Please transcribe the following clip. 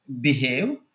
behave